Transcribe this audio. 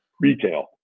retail